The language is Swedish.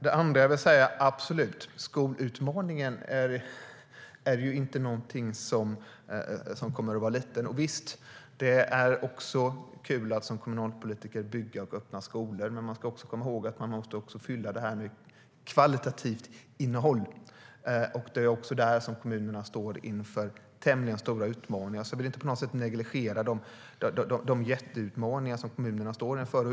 Jag vill också säga att skolutmaningen inte kommer att vara liten. Visst är det kul att man som kommunalpolitiker får bygga och öppna skolor. Men vi ska också komma ihåg att det också måste fyllas med ett kvalitativt innehåll. Där står kommunerna inför tämligen stora utmaningar. Jag vill inte på något sätt negligera de jätteutmaningar som kommunerna står inför.